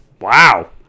wow